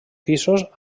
pisos